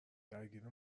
درگیر